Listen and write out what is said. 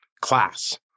class